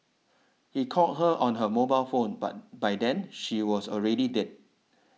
he called her on her mobile phone but by then she was already dead